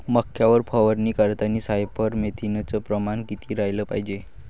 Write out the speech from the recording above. मक्यावर फवारनी करतांनी सायफर मेथ्रीनचं प्रमान किती रायलं पायजे?